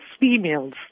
females